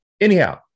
anyhow